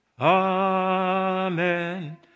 Amen